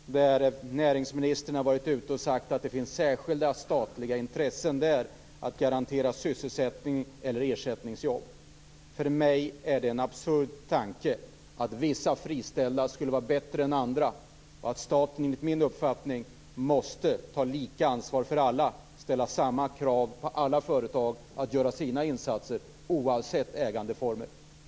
Näringsministern har ju varit ute och sagt att det finns särskilda statliga intressen. Det gäller då att garantera sysselsättning eller ersättningsjobb. För mig är det en absurd tanke att vissa friställda skulle vara bättre än andra. Staten måste enligt min uppfattning ta lika ansvar för alla och ställa samma krav på alla företag att göra sina insatser, oavsett ägandeform.